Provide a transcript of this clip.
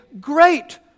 great